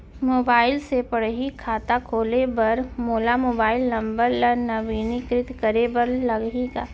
Mobile से पड़ही खाता खोले बर मोला मोबाइल नंबर ल नवीनीकृत करे बर लागही का?